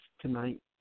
tonight